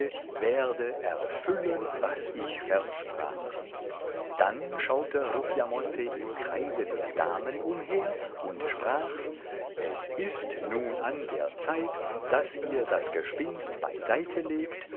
werde erfüllen was ich versprach dann schaute ruffiamonte im kreise der damen umher und sprach es ist nun an der zeit daß ihr das gespinst beiseite legt